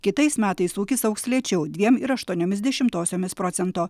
kitais metais ūkis augs lėčiau dviem ir aštuoniomis dešimtosiomis procento